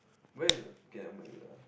where is the K I'm married lah